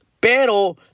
Pero